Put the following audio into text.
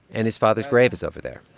and his father's grave is over there.